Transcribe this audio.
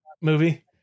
movie